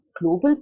global